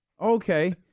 okay